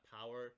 power